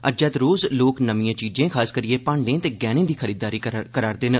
अज्जै दे रोज लोक नमिए चीजें खासकरियै भांडें ते गैहनें दी खरीददारी करदे न